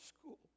school